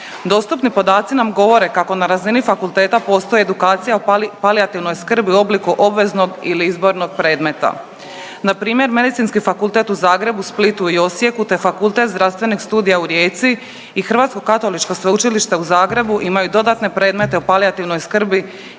Dostupni podaci nam govore kako na razini fakulteta postoji edukacija o palijativnoj skrbi u obliku obveznog ili izbornog predmeta. Npr. medicinski fakultet u Zagrebu, Splitu i Osijeku te Fakultet zdravstvenih studija u Rijeci i Hrvatsko katoličko sveučilište u Zagrebu imaju dodatne predmete o palijativnoj skrbi